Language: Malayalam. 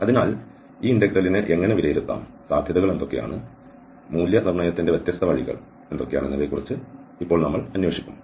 അതിനാൽ ഈ ഇന്റെഗ്രലിനെ എങ്ങനെ വിലയിരുത്താം സാധ്യതകൾ എന്തൊക്കെയാണ് മൂല്യനിർണ്ണയത്തിന്റെ വ്യത്യസ്ത വഴികൾ എന്നിവയെക്കുറിച്ച് ഇപ്പോൾ നമ്മൾ അന്വേഷിക്കും